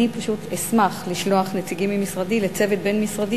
אני פשוט אשמח לשלוח נציגים ממשרדי לצוות בין-משרדי